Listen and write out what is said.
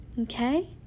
Okay